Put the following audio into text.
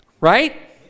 Right